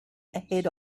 ahead